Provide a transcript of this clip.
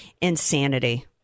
insanity